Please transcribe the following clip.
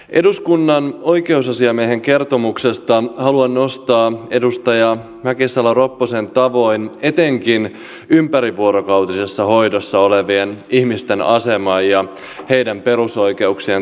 eduskunnan oikeusasiamiehen kertomuksesta haluan nostaa edustaja mäkisalo ropposen tavoin etenkin ympärivuorokautisessa hoidossa olevien ihmisten aseman ja heidän perusoikeuksiensa toteutumisen